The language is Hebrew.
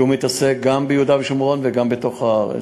שמתעסק גם ביהודה ושומרון וגם בתוך הארץ.